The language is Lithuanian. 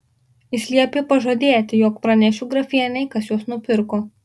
jis liepė pažadėti jog pranešiu grafienei kas juos nupirko